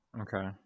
Okay